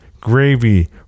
gravy